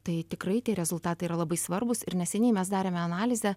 tai tikrai tie rezultatai yra labai svarbūs ir neseniai mes darėme analizę